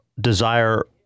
desire